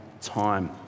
time